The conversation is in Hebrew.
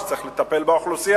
וצריך לטפל באוכלוסייה,